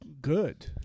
good